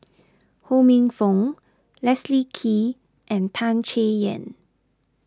Ho Minfong Leslie Kee and Tan Chay Yan